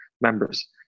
members